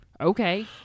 Okay